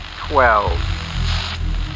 Twelve